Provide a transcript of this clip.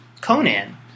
Conan